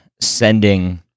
sending